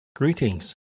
Greetings